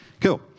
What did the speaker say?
Cool